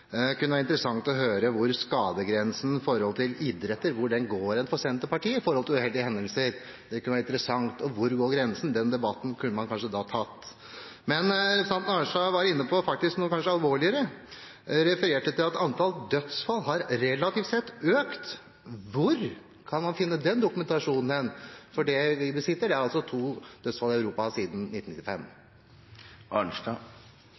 kunne vært interessant å høre hvor skadegrensen for uheldige hendelser innen idrett går for Senterpartiet. Det kunne vært interessant å høre. Hvor går grensen? Den debatten kunne man kanskje tatt. Representanten Arnstad var faktisk inne på noe alvorligere. Hun refererte til at antall dødsfall har økt, relativt sett. Hvor kan man finne den dokumentasjonen? Ifølge den informasjonen vi besitter, har det vært to dødsfall i Europa siden 1995.